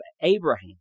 Abraham